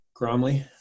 Gromley